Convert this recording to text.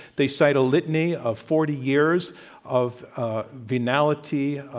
they cite a litany of forty years of ah venality,